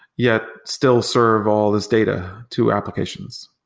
yet still serve all these data to applications.